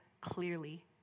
clearly